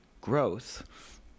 growth